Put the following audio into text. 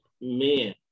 man